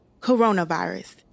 Coronavirus